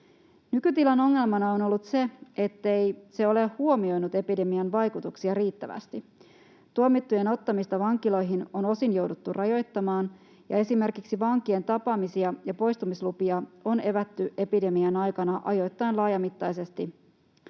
Nykytilan ongelmana on ollut se, ettei se ole huomioinut epidemian vaikutuksia riittävästi. Tuomittujen ottamista vankiloihin on osin jouduttu rajoittamaan, ja esimerkiksi vankien tapaamisia ja poistumislupia on evätty epidemian aikana ajoittain laajamittaisesti.